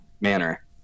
manner